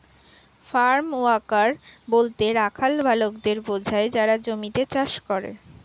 farm worker বলতে রাখাল বালকদের বোঝায় যারা জমিতে চাষ করে